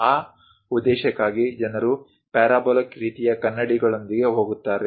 ಆ ಉದ್ದೇಶಕ್ಕಾಗಿ ಜನರು ಪ್ಯಾರಾಬೋಲಿಕ್ ರೀತಿಯ ಕನ್ನಡಿಗಳೊಂದಿಗೆ ಹೋಗುತ್ತಾರೆ